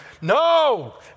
No